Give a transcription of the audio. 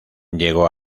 llegó